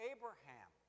Abraham